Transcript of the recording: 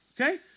Okay